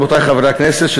רבותי חברי הכנסת,